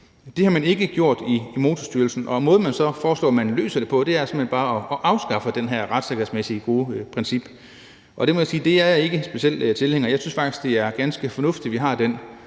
Det har de ikke gjort i Motorstyrelsen. Måden, man så foreslår man løser det på, er såmænd bare at afskaffe det her retssikkerhedsmæssigt gode princip, og det må jeg sige at jeg ikke er specielt tilhænger af. Jeg synes faktisk, det er ganske fornuftigt, at vi har den